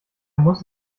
muss